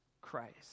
Christ